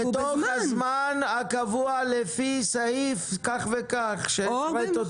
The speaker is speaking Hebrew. בתוך הזמן הקבוע לפי סעיף זה וזה.